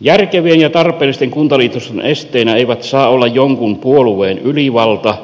järkevien ja tarpeellisten kuntaliitosten esteenä eivät saa olla jonkun puolueen ylivalta